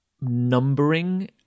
numbering